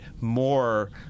More